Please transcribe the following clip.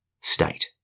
state